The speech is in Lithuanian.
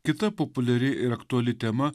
kita populiari ir aktuali tema